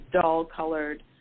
dull-colored